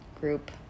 Group